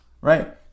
right